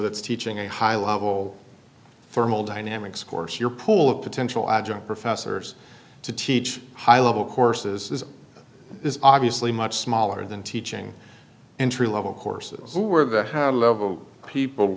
that's teaching a high level thermal dynamics course your pool of potential adjunct professor to teach high level courses is obviously much smaller than teaching entry level courses who are the how to level people